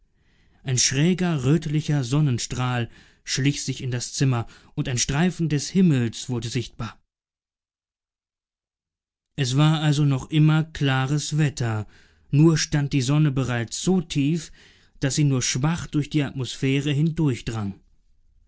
ein schräger rötlicher sonnenstrahl schlich sich in das zimmer und ein streifen des himmels wurde sichtbar es war also noch immer klares wetter nur stand die sonne bereits so tief daß sie nur schwach durch die atmosphäre